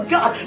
God